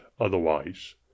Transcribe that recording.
otherwise